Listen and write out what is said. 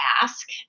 ask